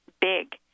big